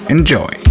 Enjoy